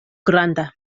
granda